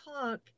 talk